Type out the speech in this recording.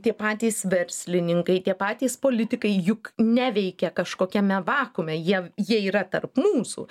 tie patys verslininkai tie patys politikai juk neveikia kažkokiame vakuume jie jie yra tarp mūsų